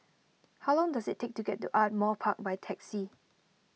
how long does it take to get to Ardmore Park by taxi